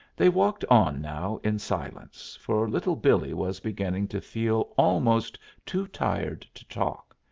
they walked on now in silence, for little billee was beginning to feel almost too tired to talk,